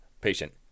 Patient